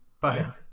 Bye